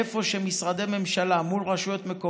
איפה שרשויות מקומיות